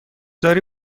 داری